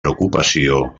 preocupació